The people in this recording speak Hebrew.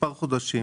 מספר חודשים.